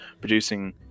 producing